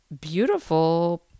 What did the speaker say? beautiful